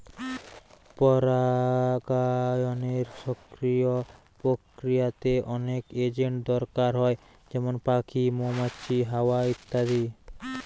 পরাগায়নের সক্রিয় প্রক্রিয়াতে অনেক এজেন্ট দরকার হয় যেমন পাখি, মৌমাছি, হাওয়া ইত্যাদি